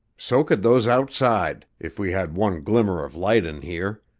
so could those outside, if we had one glimmer of light in here.